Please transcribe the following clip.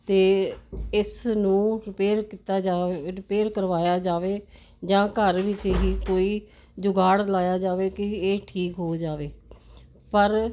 ਤੇ ਇਸ ਨੂੰ ਰਿਪੇਅਰ ਕੀਤਾ ਜਾਵੇ ਰਿਪੇਅਰ ਕਰਵਾਇਆ ਜਾਵੇ ਜਾਂ ਘਰ ਵਿੱਚ ਹੀ ਕੋਈ ਜੁਗਾੜ ਲਾਇਆ ਜਾਵੇ ਕਿ ਇਹ ਠੀਕ ਹੋ ਜਾਵੇ ਪਰ